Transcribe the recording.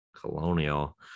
colonial